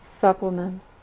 supplements